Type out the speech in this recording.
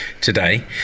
today